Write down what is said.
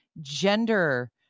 gender